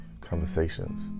conversations